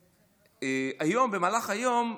והיום, במהלך היום,